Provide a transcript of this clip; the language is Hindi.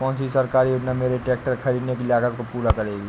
कौन सी सरकारी योजना मेरे ट्रैक्टर ख़रीदने की लागत को पूरा करेगी?